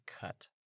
cut